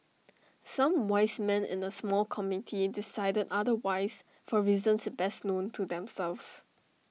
some wise men in A small committee decided otherwise for reasons best known to themselves